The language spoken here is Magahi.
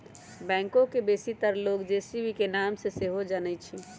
बैकहो के बेशीतर लोग जे.सी.बी के नाम से सेहो जानइ छिन्ह